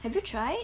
have you tried